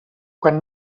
quan